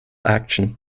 action